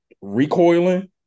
recoiling